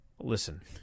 Listen